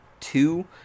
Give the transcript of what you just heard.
Two